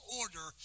order